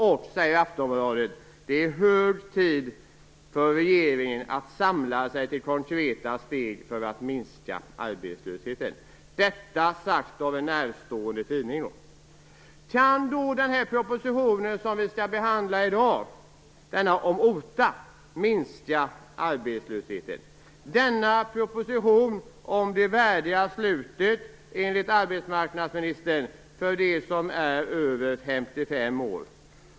Aftonbladet säger sedan att det är hög tid för regeringen att samla sig till konkreta steg för att minska arbetslösheten. Detta sägs alltså av en regeringen närstående tidning. Kan då den proposition om OTA som vi skall behandla i dag minska arbetslösheten? Denna proposition handlar enligt arbetsmarknadsministern om "det värdiga slutet" för dem som är över 55 år.